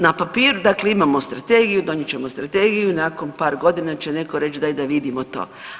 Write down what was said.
Na papir, dakle imamo strategiju, donijet ćemo strategiju, nakon par godina će netko reći daj da vidimo to.